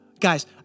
Guys